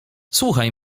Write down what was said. słuchaj